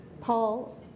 Paul